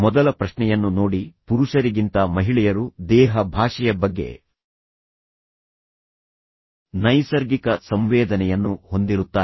ಮೊದಲ ಪ್ರಶ್ನೆಯನ್ನು ನೋಡಿ ಪುರುಷರಿಗಿಂತ ಮಹಿಳೆಯರು ದೇಹ ಭಾಷೆಯ ಬಗ್ಗೆ ನೈಸರ್ಗಿಕ ಸಂವೇದನೆಯನ್ನು ಹೊಂದಿರುತ್ತಾರೆ